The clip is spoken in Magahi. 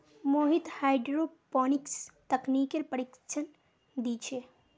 मोहित हाईड्रोपोनिक्स तकनीकेर प्रशिक्षण दी छे